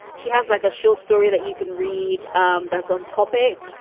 she has like a short story that you can read um that's on topic.